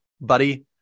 Buddy